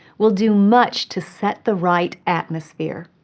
will do much to set the right atmosphere.